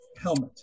helmet